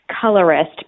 colorist